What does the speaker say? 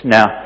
Now